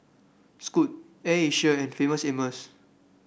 Scoot Air Asia and Famous Amos